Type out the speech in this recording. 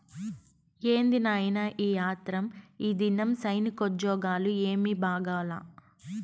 ఏంది నాయినా ఈ ఆత్రం, ఈదినం సైనికోజ్జోగాలు ఏమీ బాగాలా